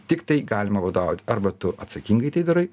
tiktai galima vadovauti arba tu atsakingai tai darai